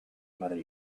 mother